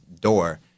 door